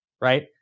right